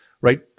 right